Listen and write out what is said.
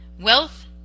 wealth